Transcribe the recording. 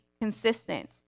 consistent